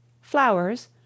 Flowers